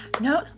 No